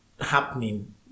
happening